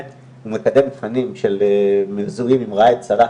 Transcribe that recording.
מקדם תכנים שמזוהים כפי הנראה עם ראאד סלאח.